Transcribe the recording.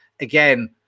again